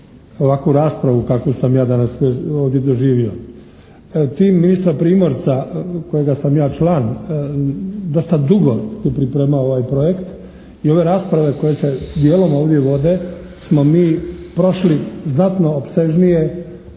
ovakvu raspravu kakvu sam ja danas ovdje doživio. Tim ministra Primorca kojega sam ja član dosta dugo je pripremao ovaj projekt i ove rasprave koje se dijelom ovdje vode smo mi prošli znatno opsežnije